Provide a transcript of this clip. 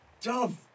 Dove